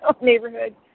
neighborhood